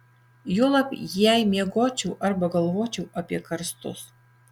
juolab jei miegočiau arba galvočiau apie karstus